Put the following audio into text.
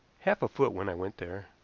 half a foot when i went there.